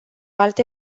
alte